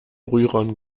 rührern